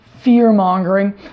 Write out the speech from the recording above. fear-mongering